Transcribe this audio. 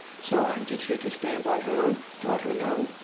so i'm just here to stand by her to let her know,